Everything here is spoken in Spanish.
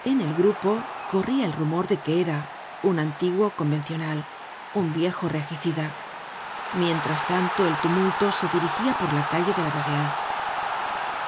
en el grupo corria el rumor de que eraun antiguo convencionalun viejo regicida mientras tanto el tumulto se dirigia por la calle de la verrerie